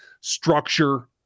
structure